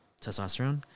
testosterone